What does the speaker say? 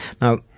Now